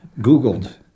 googled